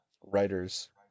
writers